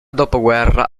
dopoguerra